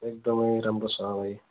एकदमै राम्रो छ भाइ